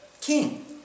King